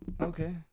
Okay